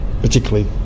particularly